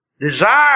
desire